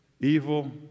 Evil